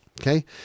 Okay